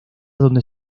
donde